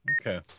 Okay